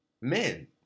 Men